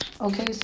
Okay